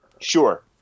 sure